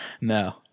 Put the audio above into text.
No